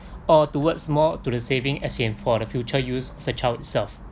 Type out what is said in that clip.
or towards more to the saving as in for the future use of the child itself